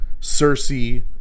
Cersei